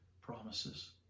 promises